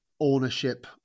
ownership